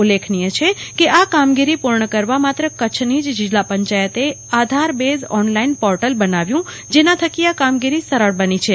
ઉલ્લેખનીય છે કે આ કામગીરી પૂર્ણ કરવા માત્ર કચ્છની જ જિલ્લા પંચાયતે આધાર બેઝ ઓનલાઈન પોર્ટલ બનાવ્યું જેના થકી આ કામગીરી સરળ બની છે